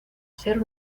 ser